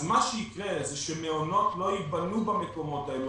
אז מה שיקרה זה שמעונות לא ייבנו במקומות האלה.